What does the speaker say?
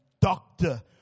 doctor